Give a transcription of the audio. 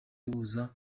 buza